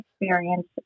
experience